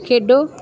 ਖੇਡੋ